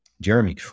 Jeremy